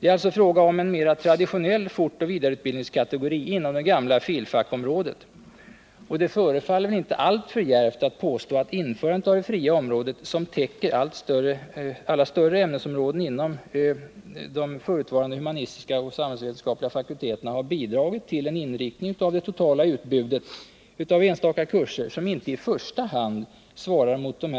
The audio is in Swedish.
Det är alltså fråga om en mer traditionell fortoch vidareutbildningskategori inom det gamla området för filosofisk fakultet. Och det förefaller inte alltför djärvt att påstå att införandet av det s.k. fria området, som täcker alla större ämnesområden inom de förutvarande humanistiska och samhällsvetenskapliga fakulteterna, har bidragit till en inriktning av det totala utbudet av enstaka kurser som inte i första hand svarar mot de